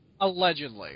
Allegedly